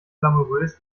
glamourös